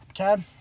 Okay